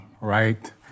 right